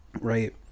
right